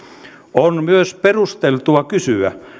on myös perusteltua kysyä